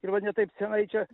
ir va ne taip seniai čia